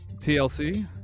TLC